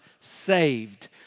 saved